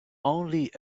only